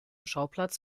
schauplatz